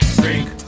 Drink